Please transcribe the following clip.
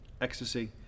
Ecstasy